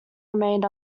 remained